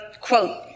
quote